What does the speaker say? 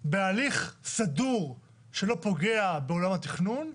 בהליך סדור שלא פוגע בעולם התכנון,